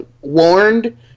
warned